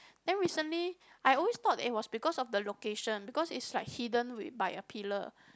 then recently I always thought it was because of the location because is like hidden wi~ by a pillar